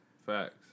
Facts